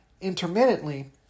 intermittently